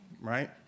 right